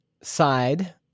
side